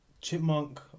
Chipmunk